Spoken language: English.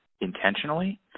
intentionally